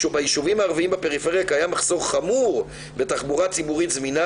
בישובים הערביים בפריפריה קיים מחסור חמור בתחבורה ציבורית זמינה,